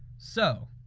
so,